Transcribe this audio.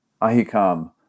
Ahikam